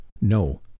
No